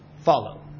follow